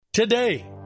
Today